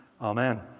Amen